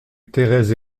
thérèse